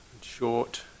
short